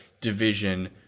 division